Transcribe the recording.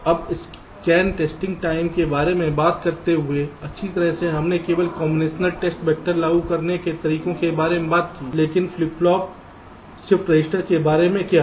अब scan testing time के बारे में बात करते हुए अच्छी तरह से हमने केवल कॉम्बिनेशन टेस्ट वैक्टर लागू करने के तरीके के बारे में बात की है लेकिन फ्लिप फ्लॉप शिफ्ट रजिस्टर के बारे में क्या